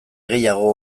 gehiago